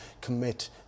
commit